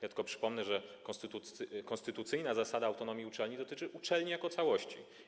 Ja tylko przypomnę, że konstytucyjna zasada autonomii uczelni dotyczy uczelni jako całości.